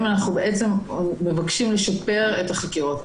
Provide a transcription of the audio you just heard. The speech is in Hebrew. אנחנו בעצם מבקשים לשפר את החקירות.